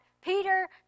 Peter